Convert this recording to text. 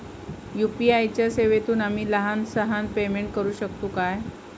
UPI च्या सेवेतून आम्ही लहान सहान पेमेंट करू शकतू काय?